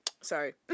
Sorry